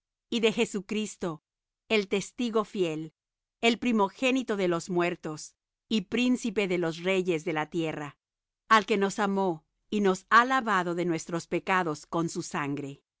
y de jesucristo el testigo fiel el primogénito de los muertos y príncipe de los reyes de la tierra al que nos amó y nos ha lavado de nuestros pecados con su sangre